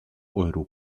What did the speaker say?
euro